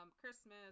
Christmas